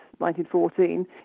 1914